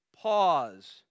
pause